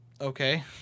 Okay